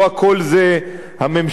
לא הכול זה הממשלה,